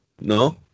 No